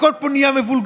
הכול פה נהיה מבולגן,